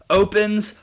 opens